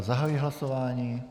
Zahajuji hlasování.